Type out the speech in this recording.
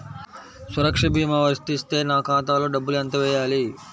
సురక్ష భీమా వర్తిస్తే నా ఖాతాలో డబ్బులు ఎంత వేయాలి?